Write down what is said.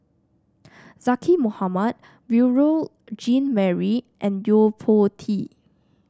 Zaqy Mohamad Beurel Jean Marie and Yo Po Tee